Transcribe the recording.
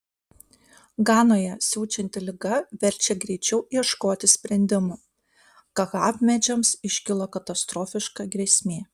ganoje siaučianti liga verčia greičiau ieškoti sprendimų kakavmedžiams iškilo katastrofiška grėsmė